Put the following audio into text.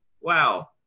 wow